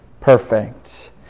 perfect